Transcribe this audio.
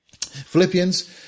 Philippians